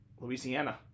Louisiana